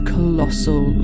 Colossal